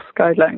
guidelines